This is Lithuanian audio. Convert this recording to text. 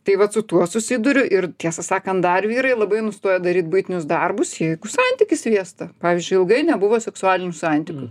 tai vat su tuo susiduriu ir tiesą sakant dar vyrai labai nustoja daryt buitinius darbus jeigu santykis vėsta pavyzdžiui ilgai nebuvo seksualinių santykių